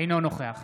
אינו נוכח